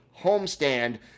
homestand